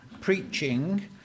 preaching